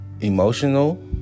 Emotional